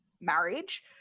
marriage